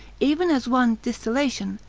even as one distillation,